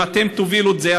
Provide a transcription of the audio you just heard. אם אתם תובילו את זה,